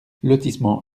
lotissement